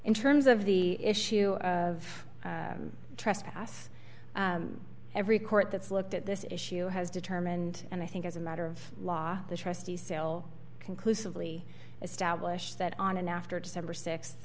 in terms of the issue of trespass every court that's looked at this issue has determined and i think as a matter of law the trustees still conclusively established that on and after december